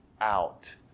out